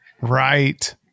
Right